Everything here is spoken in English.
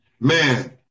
Man